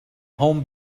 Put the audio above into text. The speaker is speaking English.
home